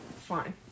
Fine